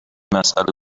مسئله